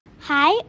Hi